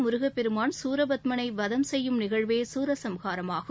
முருகப்பெருமான் சூரபத்மனை வதம் செய்யும் நிகழ்வே சூரசம்ஹாரமாகும்